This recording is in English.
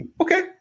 Okay